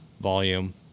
volume